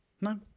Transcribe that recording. No